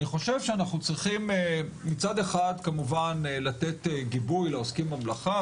אני חושב שאנחנו צריכים מצד אחד כמובן לתת גיבוי לעוסקים במלאכה,